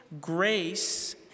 Grace